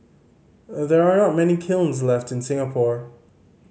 there are not many kilns left in Singapore